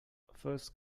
first